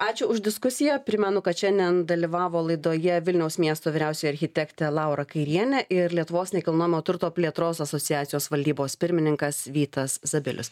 ačiū už diskusiją primenu kad šiandien dalyvavo laidoje vilniaus miesto vyriausioji architektė laura kairienė ir lietuvos nekilnojamojo turto plėtros asociacijos valdybos pirmininkas vytas zabilius